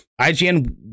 IGN